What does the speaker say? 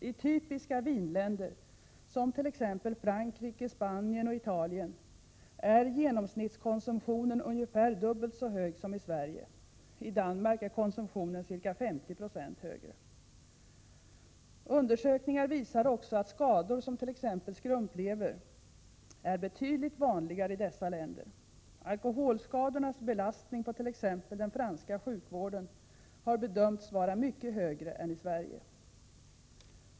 I typiska vinländer som t.ex. Frankrike, Spanien och Italien är genomsnittskonsumtionen ungefär dubbelt så hög som i Sverige. I Danmark är konsumtionen ca 50 90 högre. Undersökningar visar också, att skador som t.ex. skrumplever är betydligt vanligare i dessa länder. Alkoholskadornas belastning på t.ex. den franska sjukvården har bedömts vara mycket högre än belastningen i Sverige.